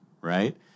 right